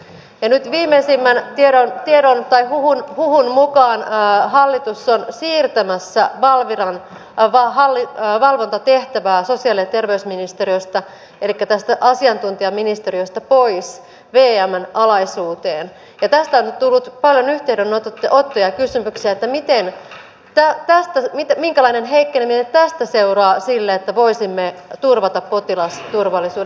ja nyt viimeisimmän tiedon tai huhun mukaan hallitus on siirtämässä valviran valvontatehtävää sosiaali ja terveysministeriöstä elikkä tästä asiantuntijaministeriöstä pois vmn alaisuuteen ja tästä on tullut paljon yhteydenottoja ja kysymyksiä että minkälainen heikkeneminen tästä seuraa sille että voisimme turvata potilasturvallisuuden